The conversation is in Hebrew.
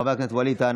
חבר הכנסת ווליד טאהא,